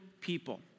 people